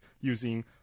using